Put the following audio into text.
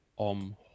OM